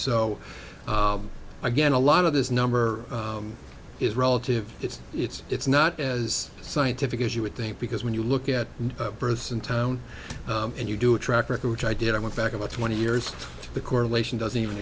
so again a lot of this number is relative it's it's it's not as scientific as you would think because when you look at births in town and you do a track record which i did i went back about twenty years the correlation doesn't even